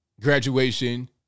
graduation